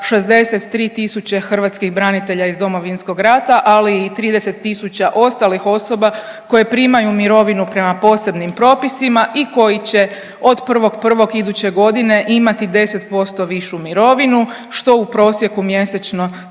63 tisuće hrvatskih branitelja iz Domovinskog rata, ali i 30 tisuća ostalih osoba koje primaju mirovinu prema posebnim propisima i koji će od 1.1. iduće godine imati 10% višu mirovinu što u prosjeku mjesečno